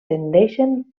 tendeixen